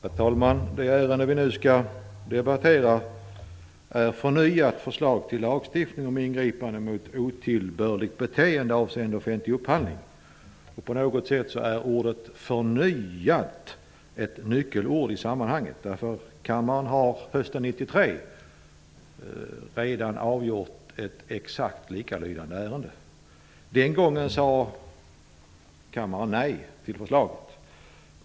Herr talman! Det ärende vi nu skall debattera är förnyat förslag till lagstiftning om ingripande mot otillbörligt beteende avseende offentlig upphandling. På något sätt är ordet förnyat ett nyckelord i sammanhanget. Kammaren har hösten 1993 redan avgjort ett exakt likalydande ärende. Den gången sade kammaren nej till förslaget.